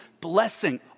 blessing